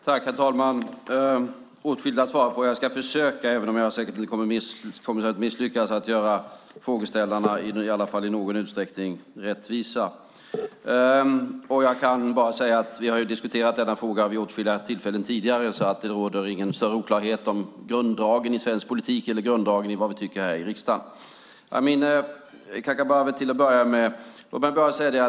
Herr talman! Det är åtskilligt att svara på. Jag ska försöka, även om jag säkert kommer att misslyckas med att göra frågeställarna åtminstone i någon utsträckning rättvisa. Vi har ju diskuterat denna fråga vid åtskilliga tillfällen tidigare, så det råder ingen större oklarhet om grunddragen i svensk politik eller om grunddragen i vad vi tycker här i riksdagen. Jag börjar med Amineh Kakabaveh.